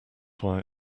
why